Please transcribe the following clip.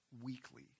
weekly